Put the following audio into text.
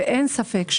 אין ספק,